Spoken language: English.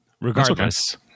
regardless